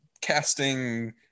casting